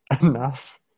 enough